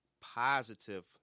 positive